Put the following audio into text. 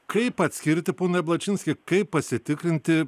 kaip atskirti pone ablačinskai kaip pasitikrinti